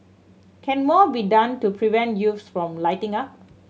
can more be done to prevent youths from lighting up